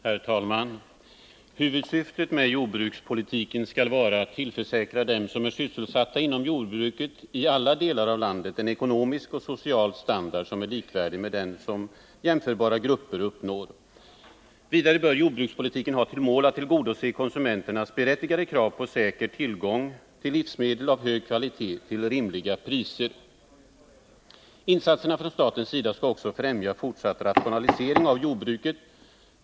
Herr talman! Huvudsyftet i jordbrukspolitiken skall vara att tillförsäkra dem som är sysselsatta inom jordbruket i alla delar av landet en ekonomisk och social standard som är likvärdig med den som jämförbara grupper uppnår. Vidare bör jordbrukspolitiken ha till mål att tillgodose konsumenternas berättigade krav på säker tillgång till livsmedel av hög kvalitet till rimliga priser. Insatserna från statens sida skall också främja fortsatt rationalisering av jordbruket.